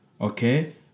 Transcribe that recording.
okay